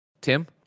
Tim